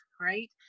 right